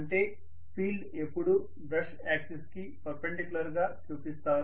అంటే ఫీల్డ్ ఎప్పుడూ brush axis కి పర్పెండిక్యులర్ గా చుపిస్తారు